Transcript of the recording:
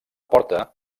porta